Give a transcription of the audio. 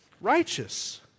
righteous